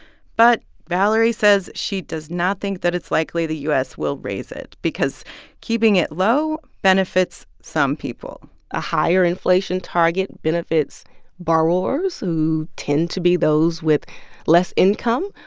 but valerie says she does not think that it's likely the u s. will raise it because keeping it low benefits some people a higher inflation target benefits borrowers who tend to be those with less income.